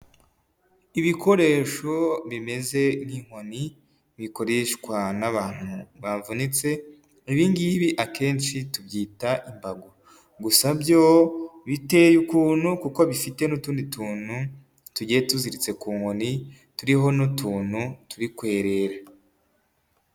Ibikoresho bimeze nk'inkoni bikoreshwa n'abantu bavunitse, ibi ngibi akenshi tubyita imbago, gusa byo biteye ukuntu kuko bifite n'utundi tunu tugiye tuziritse ku nkoni turiho n'utunu turi kwerera.